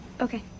Okay